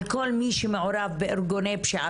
על כל מי שמעורב בארגוני פשיעה,